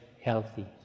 healthy